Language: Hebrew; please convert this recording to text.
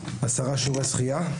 עשרה שיעורי שחייה.